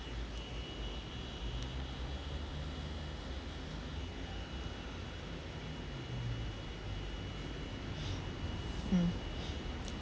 mm